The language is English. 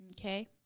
Okay